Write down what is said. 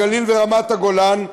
הגליל ורמת-הגולן,